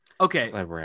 Okay